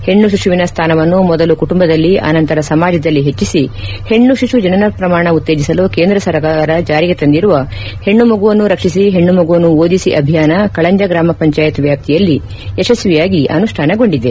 ಹೆಣ್ಣು ಶಿಶುವಿನ ಸ್ಥಾನವನ್ನು ಮೊದಲು ಕುಟುಂಬದಲ್ಲಿ ಆನಂತರ ಸಮಾಜದಲ್ಲಿ ಹೆಚ್ಚಿಸಿ ಹೆಣ್ಣು ಶಿಶು ಜನನ ಪ್ರಮಾಣ ಉತ್ತೇಜಿಸಲು ಕೇಂದ್ರ ಸರಕಾರ ಜಾರಿಗೆ ತಂದಿರುವ ಹೆಣ್ಣು ಮಗುವನ್ನು ರಕ್ಷಿಸಿ ಹೆಣ್ಣು ಮಗುವನ್ನು ಓದಿಸಿ ಅಭಿಯಾನ ಕಳಂಜ ಗ್ರಾಮ ಪಂಚಾಯತ್ ವ್ಯಾಪ್ತಿಯಲ್ಲಿ ಯಶಸ್ವಿಯಾಗಿ ಅನುಷ್ಠಾನಗೊಂಡಿದೆ